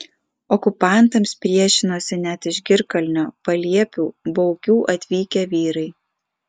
okupantams priešinosi net iš girkalnio paliepių baukių atvykę vyrai